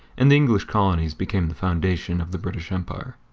and the english colonies became the foundation of the british empire.